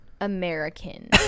American